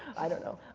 i don't know.